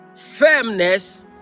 firmness